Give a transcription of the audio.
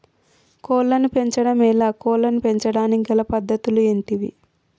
కోళ్లను పెంచడం ఎలా, కోళ్లను పెంచడానికి గల పద్ధతులు ఏంటివి?